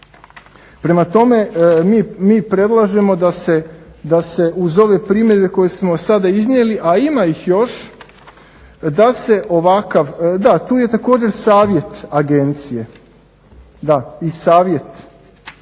Prema tome, mi predlažemo da se uz ove primjedbe koje smo sada iznijeli, a ima ih još da se ovakav, da tu je također savjet agencije.